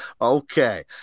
okay